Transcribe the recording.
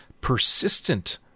persistent